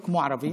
כמו הערבים,